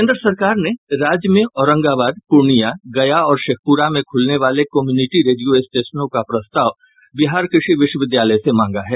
केंद्र सरकार ने राज्य में औरंगाबाद पूर्णिया गया और शेखपुरा में खुलने वाले कम्यूनिटी रेडियो स्टेशनों का प्रस्ताव बिहार कृषि विश्वविद्यालय से मांगा है